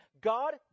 God